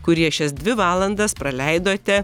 kurie šias dvi valandas praleidote